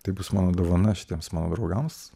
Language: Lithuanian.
tai bus mano dovana šitiems mano draugams